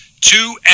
Two